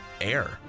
air